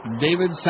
David